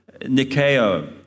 nikeo